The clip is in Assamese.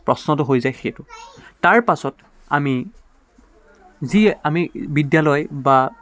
প্ৰশ্নটো হৈ যায় সেইটো তাৰপাছত আমি যি আমি বিদ্যালয় বা